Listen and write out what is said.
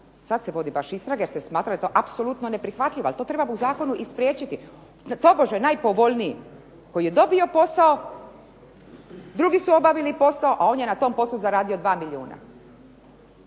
sada se vodi istraga jer se smatra da je to apsolutno neprihvatljivo, ali to treba u Zakonu i spriječiti da tobože najpovoljniji koji je dobio posao, a drugi su obavili posao, a on je na tom poslu zaradio 2 milijuna.